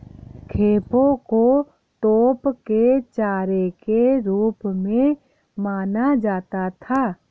खेपों को तोप के चारे के रूप में माना जाता था